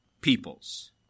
peoples